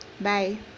bye